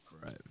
Right